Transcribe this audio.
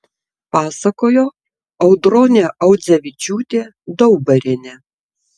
pasakojo audronė audzevičiūtė daubarienė